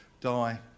die